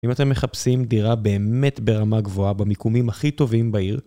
אם אתם מחפשים דירה באמת ברמה גבוהה, במיקומים הכי טובים בעיר,